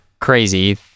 crazy